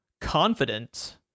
confident